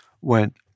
went